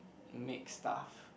make stuff